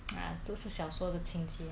ah 就是小说的情节